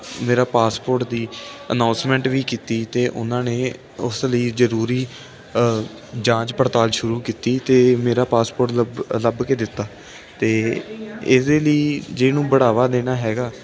ਮੇਰਾ ਪਾਸਪੋਰਟ ਦੀ ਅਨਾਉਂਸਮੈਂਟ ਵੀ ਕੀਤੀ ਅਤੇ ਉਹਨਾਂ ਨੇ ਉਸ ਲਈ ਜ਼ਰੂਰੀ ਜਾਂਚ ਪੜਤਾਲ ਸ਼ੁਰੂ ਕੀਤੀ ਅਤੇ ਮੇਰਾ ਪਾਸਪੋਰਟ ਲਭ ਲੱਭ ਕੇ ਦਿੱਤਾ ਅਤੇ ਇਹਦੇ ਲਈ ਜਿਹਨੂੰ ਬੜਾਵਾ ਦੇਣਾ ਹੈਗਾ